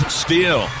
steal